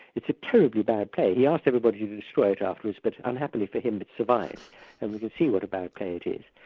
it's a terribly bad play. he asked everybody to destroy it afterwards, but unhappily for him, it survived, and we can see what a bad play it is.